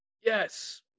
Yes